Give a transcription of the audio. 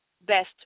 best